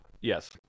Yes